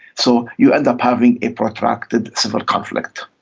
so you end up having a protracted civil conflict.